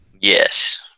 Yes